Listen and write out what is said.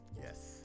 Yes